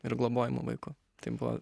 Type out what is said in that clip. ir globojamu vaiku tai buvo